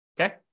Okay